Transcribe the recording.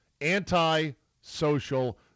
Anti-social